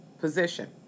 position